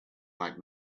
like